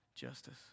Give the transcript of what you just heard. Justice